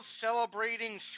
celebrating